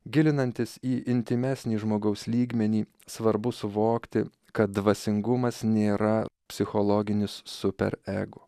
gilinantis į intymesnį žmogaus lygmenį svarbu suvokti kad dvasingumas nėra psichologinis super ego